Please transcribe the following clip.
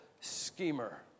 schemer